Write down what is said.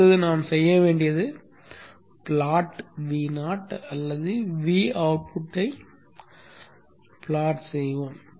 அடுத்து நாம் செய்ய வேண்டியது ப்ளாட் vo அல்லது v அவுட்புட்டை ப்ளாட் செய்வோம்